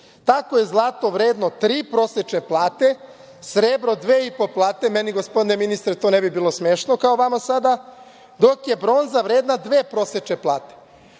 Tako je zlato vredno tri prosečne plate, srebro dve i po plate, meni gospodine ministre to ne bi bilo smešno kao vama sada, dok je bronza vredna dve prosečne plate. Pošto